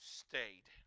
stayed